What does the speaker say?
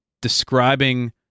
describing